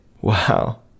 Wow